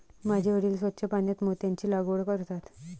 माझे वडील स्वच्छ पाण्यात मोत्यांची लागवड करतात